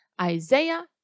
isaiah